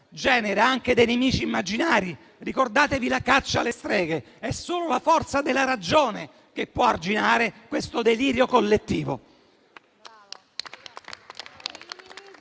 genera anche dei nemici immaginari. Ricordatevi la caccia alle streghe: è solo la forza della ragione che può arginare questo delirio collettivo.